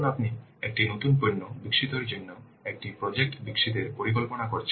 ধরুন আপনি একটি নতুন পণ্য বিকশিতের জন্য একটি প্রজেক্ট বিকশিতের পরিকল্পনা করছেন